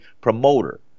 promoter